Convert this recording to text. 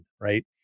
right